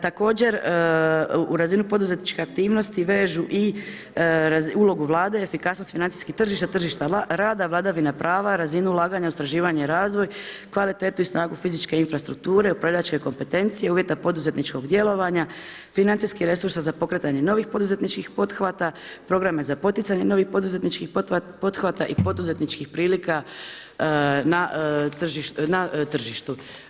Također u razinu poduzetništvu aktivnosti, vežu i ulogu vlade, efikasnost financijskog tržišta, tržišta rada, vladavina prava, razina ulaganja u istraživanju i razvoj, kvalitetu i snagu fizičke infrastrukture, upravljačke kompetencije, uvjete poduzetničkog djelovanja, financijskih resursa, za pokretanje novih poduzetničkih poduhvata, programe za poticanje novih poduzetničkih poduhvata i poduzetničkih prilika na tržištu.